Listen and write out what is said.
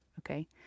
okay